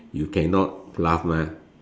you cannot bluff mah